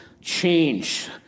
change